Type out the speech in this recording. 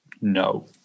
No